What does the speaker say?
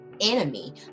enemy